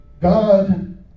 God